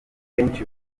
kenshi